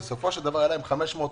בסופו של דבר היה להם 500 עובדים,